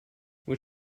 when